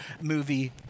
movie